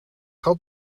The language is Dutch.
gat